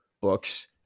books